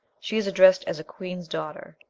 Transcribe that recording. she is addressed as a queen's daughter,